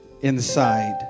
inside